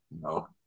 No